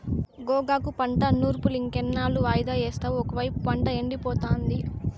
గోగాకు పంట నూర్పులింకెన్నాళ్ళు వాయిదా యేస్తావు ఒకైపు పంట ఎండిపోతాంది